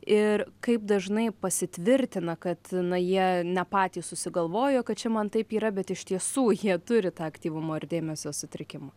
ir kaip dažnai pasitvirtina kad na jie ne patys susigalvojo kad čia man taip yra bet iš tiesų jie turi tą aktyvumo ir dėmesio sutrikimą